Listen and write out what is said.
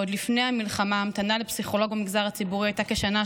ועוד לפני המלחמה המתנה לפסיכולוג במגזר הציבורי הייתה כשנה,